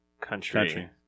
country